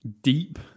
deep